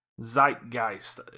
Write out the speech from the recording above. zeitgeist